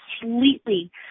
completely